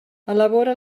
elabora